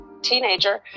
teenager